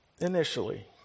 initially